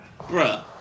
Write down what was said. Bruh